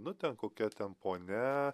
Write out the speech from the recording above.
nu ten kokia ten ponia